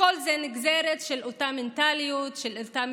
הכול זה נגזרת של אותה מנטליות מיליטריסטית,